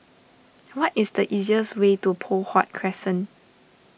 what is the easiest way to Poh Huat Crescent